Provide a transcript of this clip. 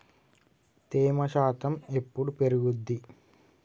తేమ శాతం ఎప్పుడు పెరుగుద్ది?